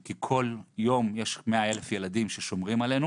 כי כל יום יש 100,000 ילדים ששומרים עלינו